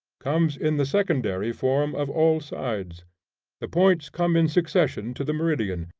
comes in the secondary form of all sides the points come in succession to the meridian,